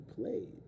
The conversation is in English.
played